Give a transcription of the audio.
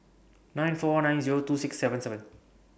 nine four nine Zero two six seven seven